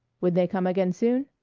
would they come again soon?